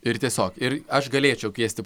ir tiesiog ir aš galėčiau kviesti